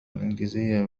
الإنجليزية